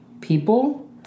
people